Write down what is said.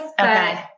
Okay